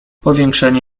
powiększenie